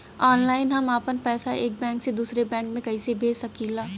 Online हम आपन पैसा एक बैंक से दूसरे बैंक में कईसे भेज सकीला?